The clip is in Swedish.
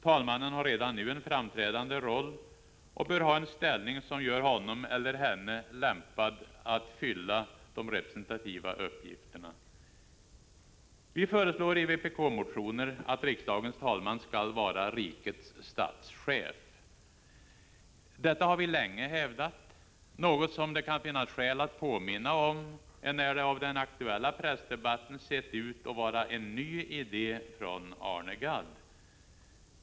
Talmannen har redan nu en framträdande roll och bör ha en ställning som gör honom eller henne lämpad att fylla de representativa uppgifterna. Vi föreslår i vpk-motioner att riksdagens talman skall vara rikets statschef. Detta har vi länge hävdat — något som det kan finnas skäl att påminna om, enär det av den aktuella debatten sett ut att vara en ny idé från Arne Gadd.